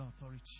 authority